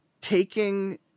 taking